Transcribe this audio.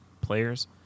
players